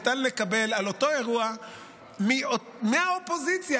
על אותו אירוע ניתן לקבל מהאופוזיציה